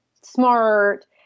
smart